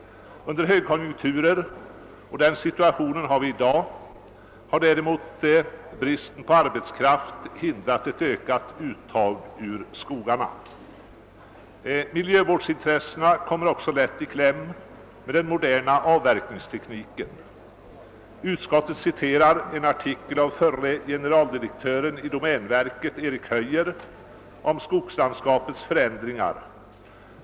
Under högkonjunktur — alltså den situation vi har i dag — har däremot bristen på arbetskraft hindrat ett ökat uttag ur skogarna. Miljövårdsintressena kommer också lätt i kläm med den moderna avverkningsttekniken. Utskottet återger ett avsnitt ur en artikel av förre generaldirektören Erik Höjer i domänverket. Den handlar om skogslandskapets förändringar.